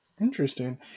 Interesting